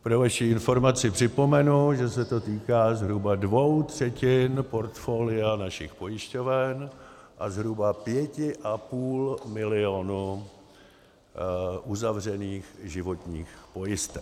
Pro vaši informaci připomenu, že se to týká zhruba dvou třetin portfolia našich pojišťoven a zhruba 5,5 milionu uzavřených životních pojistek.